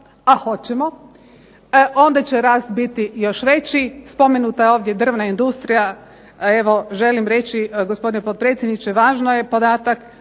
a hoćemo onda će rast biti još veći. Spomenuta je ovdje drvna industrija. Evo želim reći gospodine potpredsjedniče važan je podatak